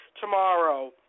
tomorrow